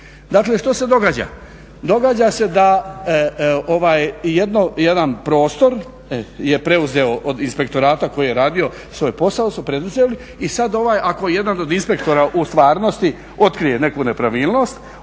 Dakle što se događa?